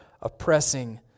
oppressing